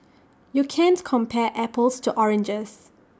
you can't compare apples to oranges